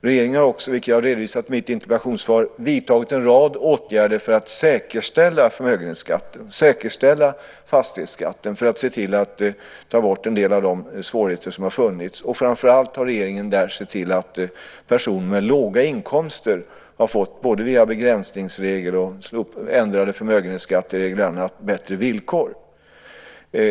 Regeringen har också, vilket jag har redovisat i mitt interpellationssvar, vidtagit en rad åtgärder för att säkerställa förmögenhetsskatten och fastighetsskatten just för att se till att få bort en del av de svårigheter som funnits. Framför allt har regeringen där sett till att personer med låga inkomster via begränsningsregler, ändrade förmögenhetsskatteregler och annat har fått bättre villkor.